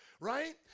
right